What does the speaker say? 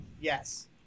Yes